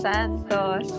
Santos